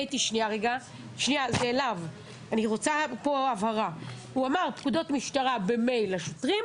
האם זה לא צריך לבוא לידי ביטוי בסעיפים ספציפיים